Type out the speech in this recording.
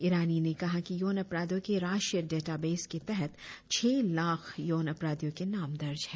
ईरानी ने कहा कि यौन अपराधों के राष्ट्रीय डेटाबेस के तहत छह लाख यौन अपराधियों के नाम दर्ज है